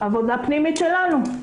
עבודה פנימית שלנו.